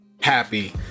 happy